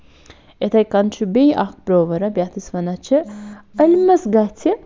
یِتھَے کٔنۍ چھُ بیٚیہِ اکھ پروؤرٕب یَتھ أسۍ وَنان چھِ علمَس گژھِ